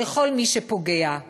לכל מי שפוגעים: